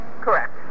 Correct